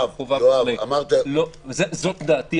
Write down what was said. זו דעתי,